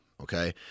okay